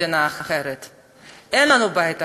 אין לנו מדינה אחרת, אין לנו בית אחר.